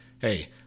hey